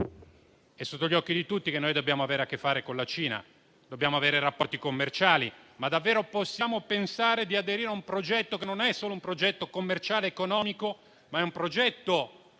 è sotto gli occhi di tutti che dobbiamo avere a che fare con la Cina e dobbiamo avere rapporti commerciali, ma davvero possiamo pensare di aderire a un progetto che non è solo commerciale ed economico, ma è il progetto,